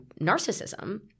narcissism